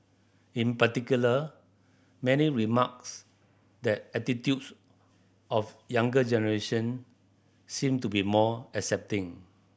in particular many remarks that attitudes of younger generation seem to be more accepting